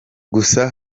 gusa